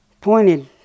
pointed